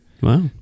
Wow